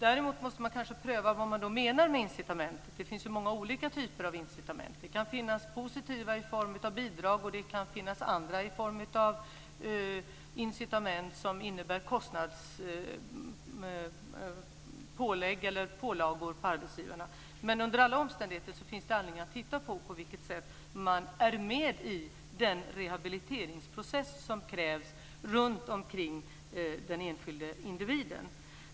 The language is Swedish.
Däremot måste man kanske pröva vad man då menar med incitament. Det finns ju många olika typer av incitament. Det kan finnas positiva i form av bidrag, och det kan finnas andra som innebär kostnadspålagor på arbetsgivarna. Men under alla omständigheter finns det anledning att titta på hur man är med i den rehabiliteringsprocess som krävs runtomkring den enskilde individen.